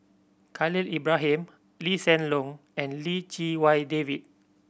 Khalil Ibrahim Lee Hsien Loong and Lim Chee Wai David